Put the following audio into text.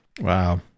Wow